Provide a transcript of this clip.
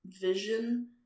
vision